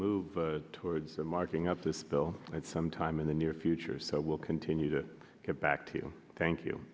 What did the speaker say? move towards the marking of this bill at some time in the near future so we'll continue to get back to thank you